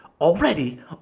already